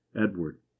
Edward